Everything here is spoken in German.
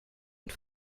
und